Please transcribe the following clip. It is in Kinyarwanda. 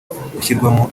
gushyirwamo